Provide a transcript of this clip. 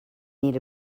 need